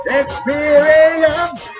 experience